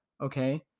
okay